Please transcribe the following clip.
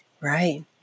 Right